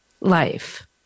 life